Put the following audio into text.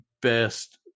best